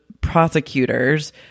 prosecutors